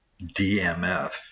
DMF